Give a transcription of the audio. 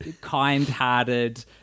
kind-hearted